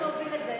--- להוביל את זה.